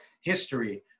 history